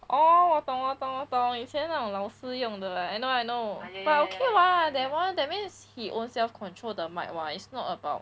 orh 我懂我懂我懂以前那种老师用的 I know I know but okay what that one that means he own self control the mic [what] it's not about